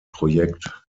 projekt